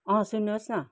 सुन्नुहोस् न